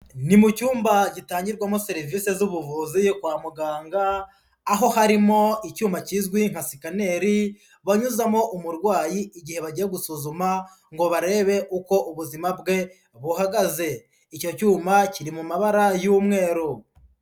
Ni mu cyumba gitangirwamo serivise z'ubuvuzi kwa muganga aho harimo icyuma kizwi nka scanner banyuzamo umurwayi igihe bagiye gusuzuma ngo barebe uko ubuzima bwe buhagaze, icyo cyuma kiri mu mabara y'umweru.